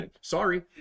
sorry